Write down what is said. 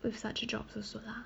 with such jobs also lah